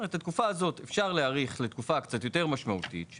אפשר להאריך לתקופה קצת יותר משמעותית,